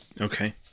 Okay